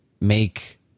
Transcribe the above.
make